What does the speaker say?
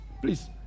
Please